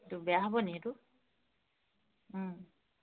এইটো বেয়া হ'ব নেকি এইটো